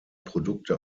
produkte